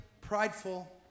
prideful